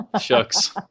Shucks